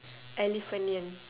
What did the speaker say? elephanion